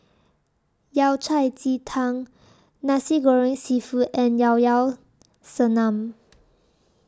Yao Cai Ji Tang Nasi Goreng Seafood and Llao Llao Sanum